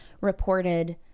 reported